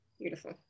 Beautiful